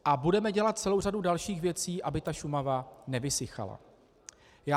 A budeme dělat celou řadu dalších věcí, aby Šumava nevysychala.